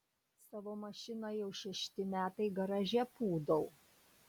savo mašiną jau šešti metai garaže pūdau